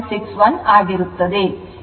61 ಆಗಿರುತ್ತದೆ